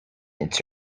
its